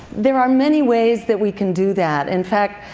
there are many ways that we can do that. in fact,